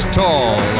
tall